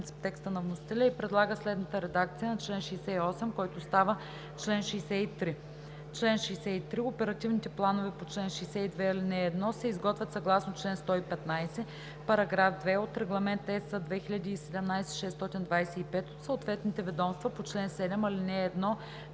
текста на вносителя и предлага следната редакция на чл. 68, който става чл. 63: „Чл. 63. Оперативните планове по чл. 62, ал. 1 се изготвят съгласно чл. 115, параграф 2 от Регламент (ЕС) 2017/625 от съответните ведомства по чл. 7, ал. 1,